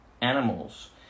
animals